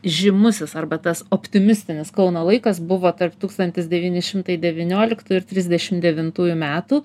žymusis arba tas optimistinis kauno laikas buvo tarp tūkstantis devyni šimtai devynioliktų ir trisdešim devintųjų metų